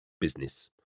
business